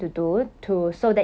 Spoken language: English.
mm